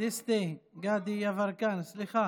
אדוני היושב-ראש, עוד